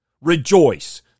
Rejoice